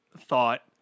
thought